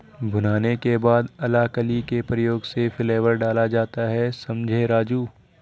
भुनाने के बाद अलाकली के प्रयोग से फ्लेवर डाला जाता हैं समझें राजु